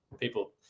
people